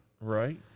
Right